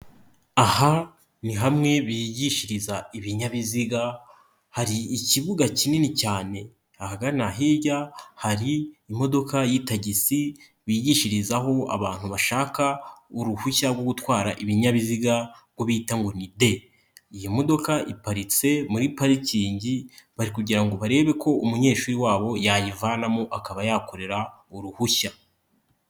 Aha ni hamwe bigishiriza ibinyabiziga hari ikibuga kinini cyane, ahagana hirya hari imodoka y'itagisi bigishirizaho abantu bashaka uruhushya rwo gutwara ibinyabiziga bita ngo D. Iyi modoka iparitse muri parikingi bari kugira ngo barebe ko umunyeshuri wabo yayivanamo akaba yakorera uruhushya.